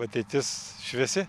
ateitis šviesi